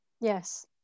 Yes